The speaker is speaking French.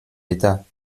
états